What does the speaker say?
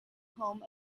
home